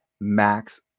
max